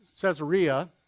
Caesarea